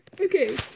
Okay